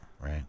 Right